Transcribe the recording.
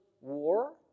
war